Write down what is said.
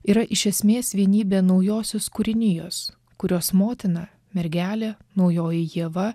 yra iš esmės vienybė naujosios kūrinijos kurios motina mergelė naujoji ieva